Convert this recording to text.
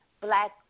Black